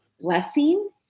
blessing